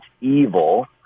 evil—